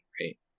right